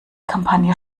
kampagne